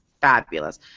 fabulous